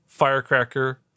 Firecracker